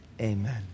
Amen